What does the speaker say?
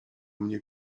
mnie